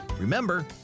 Remember